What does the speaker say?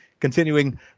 Continuing